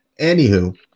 anywho